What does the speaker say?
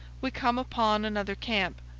we come upon another camp.